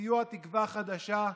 בסיוע תקווה חדשה,